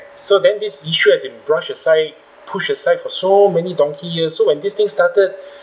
so then this issue has been brushed aside pushed aside for so many donkey years so when this thing started